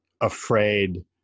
afraid